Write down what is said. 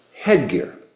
headgear